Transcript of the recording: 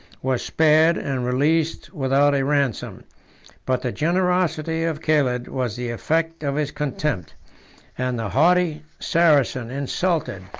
was spared and released without a ransom but the generosity of caled was the effect of his contempt and the haughty saracen insulted,